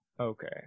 Okay